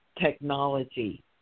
Technology